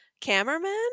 Cameraman